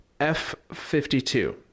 f52